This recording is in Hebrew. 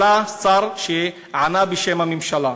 עלה שר וענה בשם הממשלה.